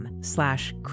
slash